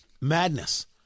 Madness